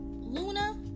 luna